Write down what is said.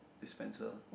dispenser